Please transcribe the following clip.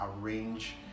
arrange